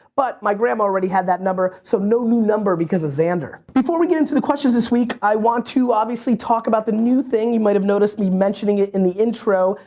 but my grandma already had that number so no new number because of xander. before we get into the questions this week, i want to obviously talk about the new thing, you might have noticed me mentioning it in the intro,